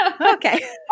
Okay